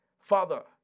Father